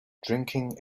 drinking